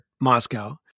Moscow